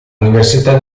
università